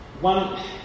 One